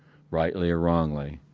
rightly or wrongly.